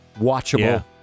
watchable